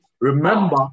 Remember